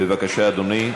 בבקשה, אדוני,